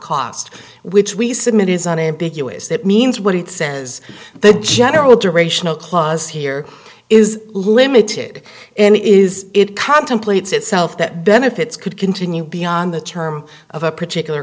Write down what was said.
cost which we submit is unambiguous that means what it says the general durational clause here is limited and it is it contemplates itself that benefits could continue beyond the term of a particular